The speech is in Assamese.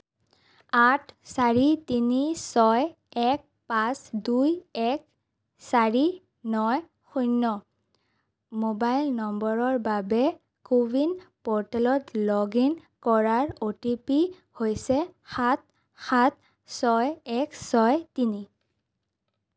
আঠ চাৰি তিনি ছয় এক পাঁচ দুই এক চাৰি ন শূণ্য় মোবাইল নম্বৰৰ বাবে কো ৱিন প'ৰ্টেলত লগ ইন কৰাৰ অ'টিপি হৈছে সাত সাত ছয় এক ছয় তিনি